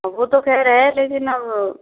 वो तो खैर है लेकिन ना वो